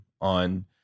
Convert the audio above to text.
on